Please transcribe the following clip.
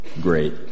Great